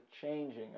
changing